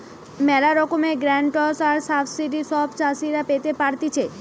ম্যালা রকমের গ্রান্টস আর সাবসিডি সব চাষীরা পেতে পারতিছে